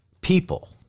people